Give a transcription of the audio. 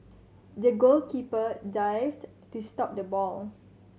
the goalkeeper dived to stop the ball